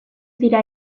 dira